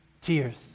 Tears